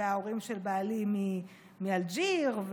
וההורים של בעלי הגיעו מאלג'יר,